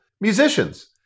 musicians